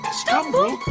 stumble